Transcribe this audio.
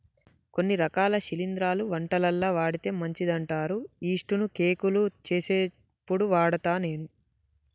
కొన్ని రకాల శిలింద్రాలు వంటలల్ల వాడితే మంచిదంటారు యిస్టు ను కేకులు చేసేప్పుడు వాడుత నేను